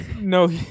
No